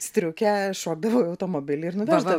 striukę šokdavau į automobilį ir nuveždavau